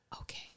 Okay